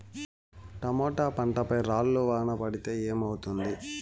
Tomato పంట పై రాళ్లు వాన పడితే ఏమవుతుంది?